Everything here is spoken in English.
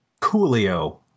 Coolio